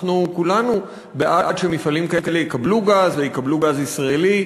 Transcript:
אנחנו כולנו בעד שמפעלים כאלה יקבלו גז ויקבלו גז ישראלי,